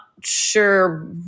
sure